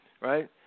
Right